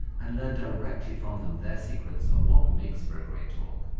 and learned directly from them their secrets of what makes for a great talk.